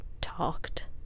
talked